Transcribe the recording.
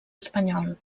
espanyol